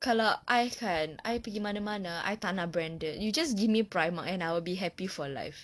kalau I kan I tak nak branded you just give me primark and I will be happy for life